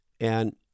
And-